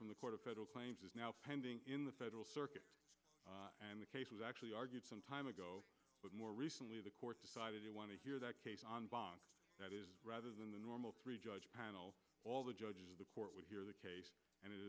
from the court of federal claims is now pending in the federal circuit and the case was actually argued sometime ago but more recently the court decided they want to hear that case on bach rather than the normal three judge panel all the judges of the court would hear the case and